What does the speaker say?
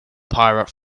pirate